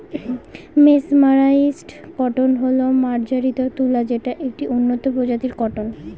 mesmerised cotton হল মার্জারিত তুলা যেটা একটি উন্নত প্রজাতির কটন